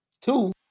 Two